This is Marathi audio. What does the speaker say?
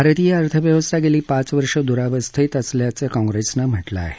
भारतीय अर्थव्यवस्था गेली पाच वर्ष दुरवस्थेत असल्याचं काँग्रेसनं म्हटलं आहे